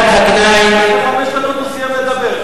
לפני חמש דקות הוא סיים לדבר.